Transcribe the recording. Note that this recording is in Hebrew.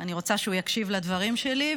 אני רוצה שהוא יקשיב לדברים שלי,